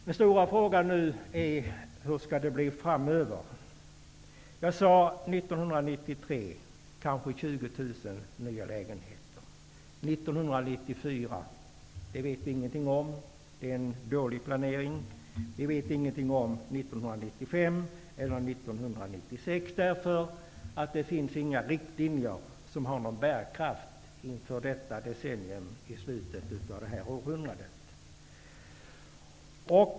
Den stora frågan nu är: Hur skall det bli framöver? Jag sade 1993 kanske 20 000 nya lägenheter. 1994 vet vi ingenting om, det är en dålig planering. Vi vet inte heller någonting om 1995 och 1996 därför att det inte finns några riktlinjer som har någon bärkraft inför detta decennium i slutet av det här århundradet.